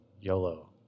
YOLO